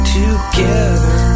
together